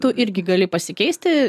tu irgi gali pasikeisti